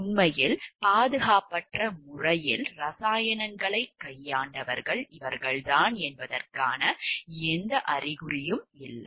உண்மையில் பாதுகாப்பற்ற முறையில் இரசாயனங்களை கையாண்டவர்கள் இவர்கள்தான் என்பதற்கான எந்த அறிகுறியும் இல்லை